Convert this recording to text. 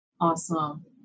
Awesome